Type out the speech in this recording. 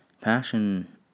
passion